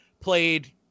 played